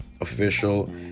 official